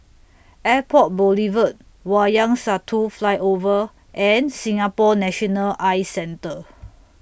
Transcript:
Airport Boulevard Wayang Satu Flyover and Singapore National Eye Centre